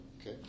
okay